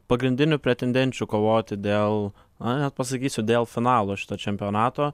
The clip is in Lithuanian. pagrindinių pretendenčių kovoti dėl na net pasakysiu dėl finalo šito čempionato